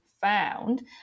found